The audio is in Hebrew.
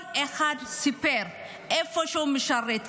כל אחד סיפר איפה הוא משרת,